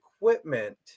equipment